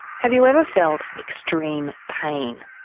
have you ever felt extreme pain?